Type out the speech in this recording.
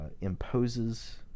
imposes